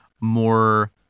more